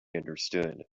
understood